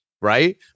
right